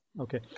Okay